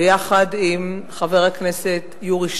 ביחד עם חבר הכנסת יורי שטרן,